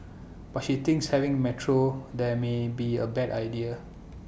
but she thinks having metro there may be A bad idea